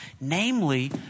Namely